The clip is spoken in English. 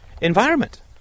environment